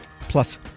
Plus